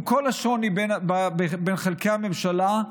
עם כל השוני בין חלקי הממשלה,